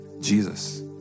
Jesus